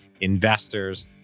investors